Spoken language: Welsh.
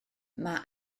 mae